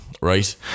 right